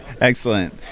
Excellent